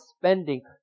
spending